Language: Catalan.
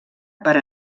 per